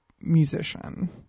musician